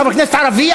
חבר הכנסת ערבי,